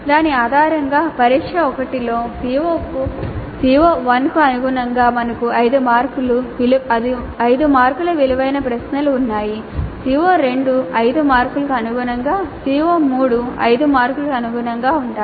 దాని ఆధారంగా పరీక్ష 1 లో CO1 కు అనుగుణంగా మనకు 5 మార్కుల విలువైన ప్రశ్నలు ఉన్నాయి CO2 5 మార్కులకు అనుగుణంగా CO3 5 మార్కులకు అనుగుణంగా ఉంటాయి